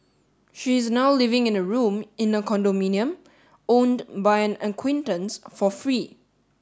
she is now living in a room in a condominium owned by an acquaintance for free